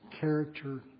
character